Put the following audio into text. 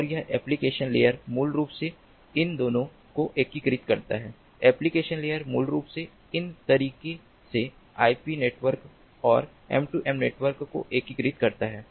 और यह application layer मूल रूप से इन दोनों को एकीकृत करता है एप्लिकेशन लेयर मूल रूप से इस तरीके से आईपी नेटवर्क और M2M नेटवर्क को एकीकृत करती है